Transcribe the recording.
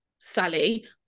Sally